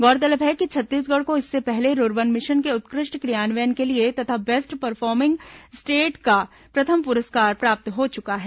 गौरतलब है कि छत्तीसगढ़ को इससे पहले रूर्बन मिशन के उत्कृष्ट क्रियान्वयन के लिए तथा बेस्ट परफॉर्मिंग स्टेट का प्रथम पुरस्कार प्राप्त हो चुका है